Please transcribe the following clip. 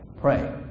Pray